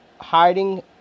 hiding